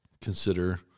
Consider